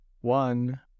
one